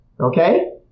Okay